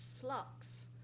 flux